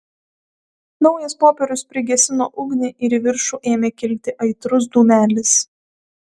naujas popierius prigesino ugnį ir į viršų ėmė kilti aitrus dūmelis